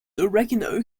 oregano